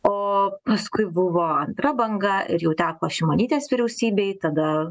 o paskui buvo antra banga ir jau teko šimonytės vyriausybei tada